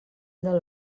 del